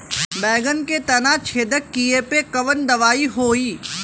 बैगन के तना छेदक कियेपे कवन दवाई होई?